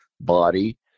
body